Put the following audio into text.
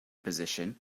position